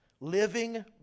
living